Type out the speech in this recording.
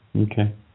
Okay